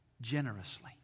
generously